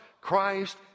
Christ